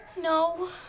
No